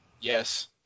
Yes